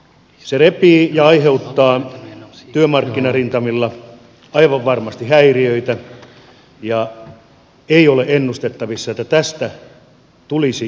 se repii ja aiheuttaa työmarkkinarintamilla aivan varmasti häiriöitä ja ei ole ennustettavissa että tästä tulisi tuloja valtiolle